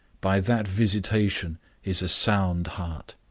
by that visitation is a sound heart.